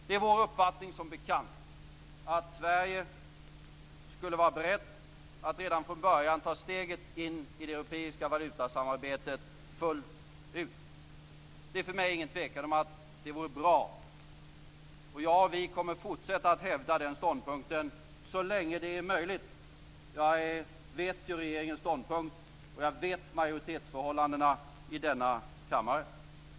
Det är vår uppfattning, som bekant, att Sverige skulle vara berett att redan från början ta steget in i det europeiska valutasamarbetet fullt ut. Det är för mig ingen tvekan om att det vore bra, och jag och vi kommer att fortsätta att hävda den ståndpunkten så länge det är möjligt. Jag känner ju till regeringens ståndpunkt och jag känner till majoritetsförhållandena i denna kammare.